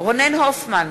רונן הופמן,